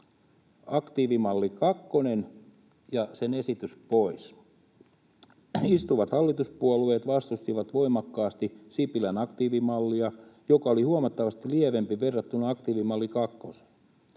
aktiivimalli kakkonen ja sen esitys pois. Istuvat hallituspuolueet vastustivat voimakkaasti Sipilän aktiivimallia, joka oli huomattavasti lievempi verrattuna aktiivimalli